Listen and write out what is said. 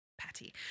patty